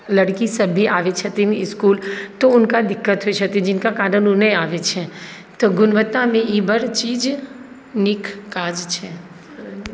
लड़की सब भी आबै छथिन इसकुल तो हुनका दिक्कत होइ छनि जिनका कारण ओ नहि आबै छै तऽ गुणवत्तामे ई बड़ चीज नीक काज छै